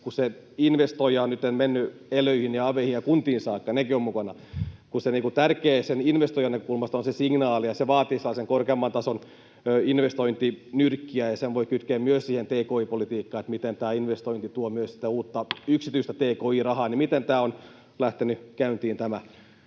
kun se investoija on nyt mennyt elyihin ja aveihin ja kuntiin saakka ja nekin ovat mukana. Tärkeää investoijan näkökulmasta on se signaali, ja se vaatii sellaisen korkeamman tason investointinyrkkiä, ja sen voi kytkeä myös tki-politiikkaan, miten investointi tuo myös uutta yksityistä tki-rahaa. Miten tämä on lähtenyt käyntiin nyt?